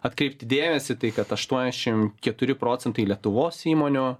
atkreipti dėmesį tai kad aštuoniasdešimt keturi procentai lietuvos įmonių